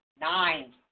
nine